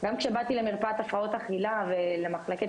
גם כשבאתי למרפאת הפרעות אכילה ולמחלקת